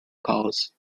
cause